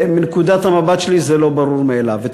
ומנקודת המבט שלי זה לא ברור מאליו.